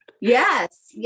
Yes